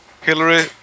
Hillary